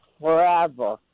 forever